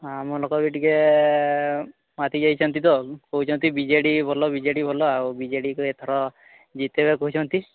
ହଁ ଆମ ଲୋକ ବି ଟିକେ ମାତି ଯାଇଛନ୍ତି ତ କହୁଛନ୍ତି ବିଜେଡ଼ି ଭଲ ବିଜେଡ଼ି ଭଲ ଆଉ ବିଜେଡ଼ିକୁ ଏଥର ଜିତେଇବା କହୁଛନ୍ତି